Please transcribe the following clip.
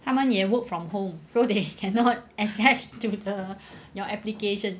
他们也 work from home so they cannot access to the your application